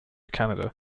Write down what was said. canada